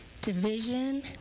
division